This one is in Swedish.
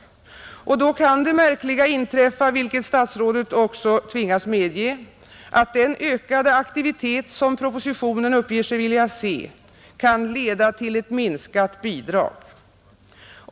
Och då kan det märkliga inträffa, vilket statsrådet också tvingas medge, att den ökade aktivitet som propositionen uppger sig vilja ha kan leda till ett minskat bidrag!